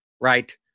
right